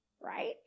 right